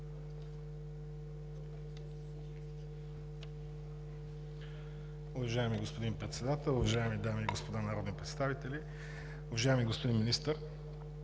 Уважаеми господин Председател, уважаеми дами и господа народни представители! Уважаеми господин Министър,